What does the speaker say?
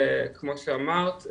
כמו שאמרת,